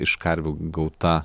iš karvių gauta